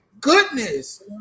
goodness